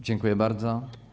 Dziękuję bardzo.